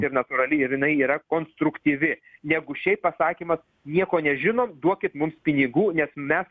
ir natūrali ir jinai yra konstruktyvi negu šiaip pasakymas nieko nežinom duokit mums pinigų nes mes